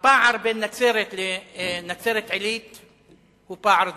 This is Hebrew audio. הפער בין נצרת לנצרת-עילית הוא פער דומה.